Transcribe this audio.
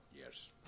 Yes